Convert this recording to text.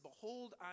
behold